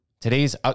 Today's